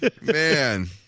Man